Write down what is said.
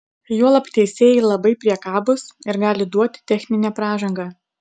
juolab teisėjai labai priekabūs ir gali duoti techninę pražangą